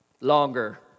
Longer